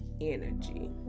energy